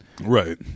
Right